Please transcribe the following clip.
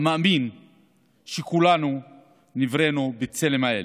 המאמין שכולנו נבראנו בצלם האל.